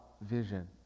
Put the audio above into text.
vision